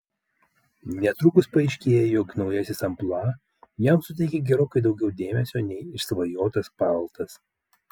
netrukus paaiškėja jog naujasis amplua jam suteikia gerokai daugiau dėmesio nei išsvajotas paltas